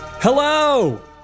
Hello